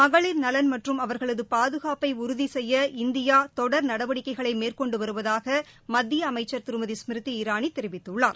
மகளிர்நலன் மற்றும் அவர்களது பாதுகாப்பை உறுதி செய்ய இந்தியா தொடர் நடவடிக்கைகளை மேற்கொண்டு வருவதாக மத்திய அமைச்சர் திருமதி ஸ்மிருதி இரானி தெரிவித்துள்ளார்